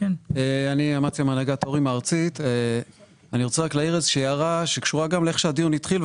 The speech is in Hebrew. אני רוצה להעיר הערה שקשורה לאופן שבו הדיון התחיל,